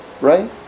right